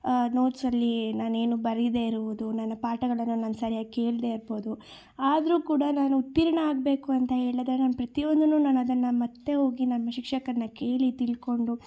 ನೋಟ್ಸಲ್ಲಿ ನಾನೇನು ಬರೀದೆ ಇರುವುದು ನನ್ನ ಪಾಠಗಳನ್ನು ನಾನು ಸರಿಯಾಗಿ ಕೇಳದೆ ಇರ್ಬೋದು ಆದರೂ ಕೂಡ ನಾನು ಉತ್ತೀರ್ಣ ಆಗಬೇಕು ಅಂತ ಹೇಳಿದ್ರೆ ನಾನು ಪ್ರತಿಯೊಂದನ್ನು ನಾನದನ್ನು ಮತ್ತೆ ಹೋಗಿ ನಮ್ಮ ಶಿಕ್ಷಕರನ್ನ ಕೇಳಿ ತಿಳ್ಕೊಂಡು